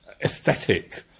aesthetic